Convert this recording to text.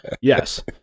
Yes